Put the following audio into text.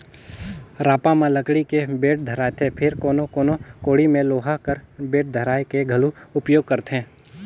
रापा म लकड़ी के बेठ धराएथे फेर कोनो कोनो कोड़ी मे लोहा कर बेठ धराए के घलो उपियोग करथे